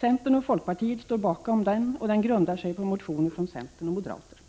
Centern och folkpartiet står bakom den och den grundar sig på motioner från centern och moderaterna.